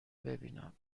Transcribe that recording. ببینم